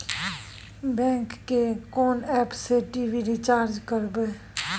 Bank के कोन app से टी.वी रिचार्ज करबे?